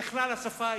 בכלל השפה העברית,